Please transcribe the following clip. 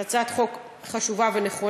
זו הצעת חוק חשובה ונכונה.